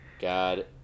god